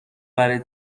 برای